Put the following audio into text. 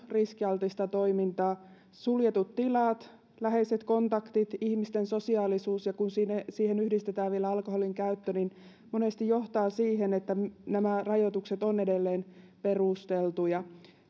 riskialtista toimintaa suljetut tilat läheiset kontaktit ihmisten sosiaalisuus ja kun siihen yhdistetään vielä alkoholinkäyttö niin monesti se johtaa siihen että nämä rajoitukset ovat edelleen perusteltuja